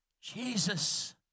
Jesus